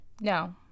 no